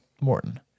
Morton